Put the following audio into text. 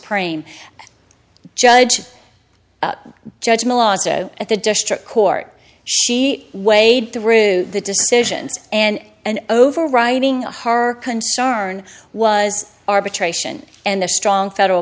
supreme judge judge at the district court she weighed through the decisions and an overriding her concern was arbitration and the strong federal